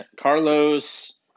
Carlos